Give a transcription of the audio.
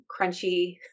crunchy